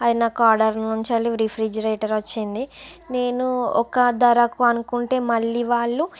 అది నాకు ఆర్డర్ నుంచి రిఫ్రిజిరేటర్ వచ్చింది నేను ఒక ధరకు అనుకుంటే మళ్ళీ వాళ్ళు